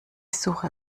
suche